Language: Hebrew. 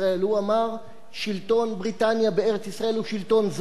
ואילו הוא אמר: שלטון בריטניה בארץ-ישראל הוא שלטון זר,